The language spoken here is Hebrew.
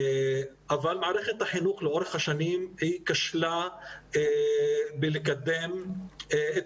מערכת החינוך לאורך השנים כשלה לקדם את